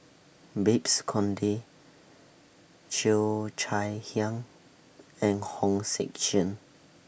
Babes Conde Cheo Chai Hiang and Hong Sek Chern